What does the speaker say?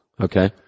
Okay